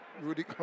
Rudy